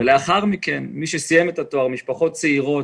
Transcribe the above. סטודנטים וסטודנטיות ומשפחות צעירות